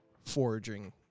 foraging